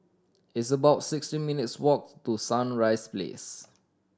it's about sixteen minutes' walk to Sunrise Place